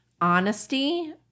honesty